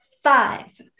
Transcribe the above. Five